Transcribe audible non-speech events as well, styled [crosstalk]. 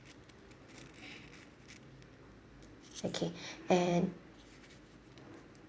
okay [breath] and